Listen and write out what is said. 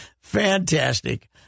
Fantastic